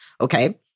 Okay